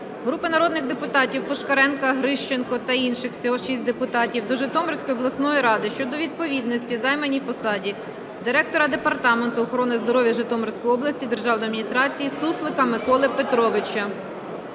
Групи народних депутатів (Пушкаренка, Грищенко та інших, всього 6 депутатів) до Житомирської обласної ради щодо відповідності займаній посаді директора Департаменту охорони здоров'я Житомирської області державної адміністрації Суслика Миколи Петровича.